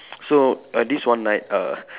so uh this one night uh